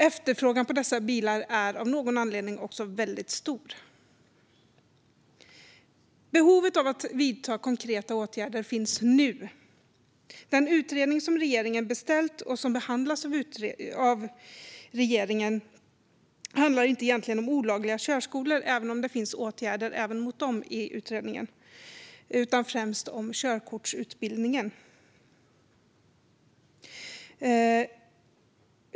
Efterfrågan på dessa bilar är av någon anledning också väldigt stor. Behovet av att vidta konkreta åtgärder finns nu . Den utredning som regeringen beställt och som nu behandlas handlar egentligen inte om olagliga körskolor, även om åtgärder mot dessa finns i utredningen. I stället handlar den främst om körkortsutbildningen.